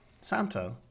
Santa